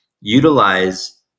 utilize